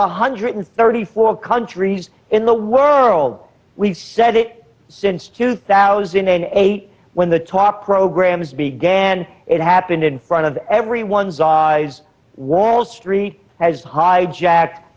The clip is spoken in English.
one hundred thirty four countries in the world we've said it since two thousand and eight when the top programs began it happened in front of everyone's eyes wall street has hijack